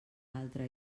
altre